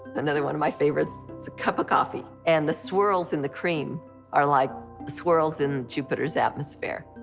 another one of my favorites. it's a cup of coffee. and the swirls in the cream are like swirls in jupiter's atmosphere.